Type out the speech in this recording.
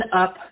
up